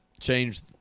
change